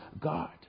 God